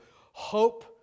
hope